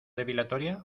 depilatoria